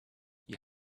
you